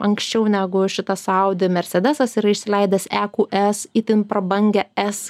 anksčiau negu šitas audi mersedesas yra išsileidęs e kū es itin prabangią s